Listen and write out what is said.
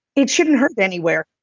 it shouldn't hurt anywhere.